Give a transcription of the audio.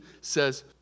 says